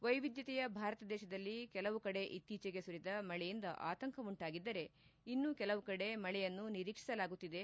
ವ್ಲೆನಿಧ್ಯತೆಯ ಭಾರತ ದೇಶದಲ್ಲಿ ಕೆಲವು ಕಡೆ ಇತ್ತೀಚೆಗೆ ಸುರಿದ ಮಳೆಯಿಂದ ಆತಂಕ ಉಂಟಾಗಿದ್ದರೆ ಇನ್ನೂ ಕೆಲವು ಕಡೆ ಮಳೆಯನ್ನು ನಿರೀಕ್ಷಿಸಲಾಗುತ್ತಿದೆ